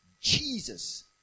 Jesus